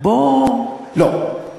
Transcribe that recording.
בוא לא, סליחה,